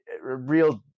real